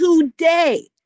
today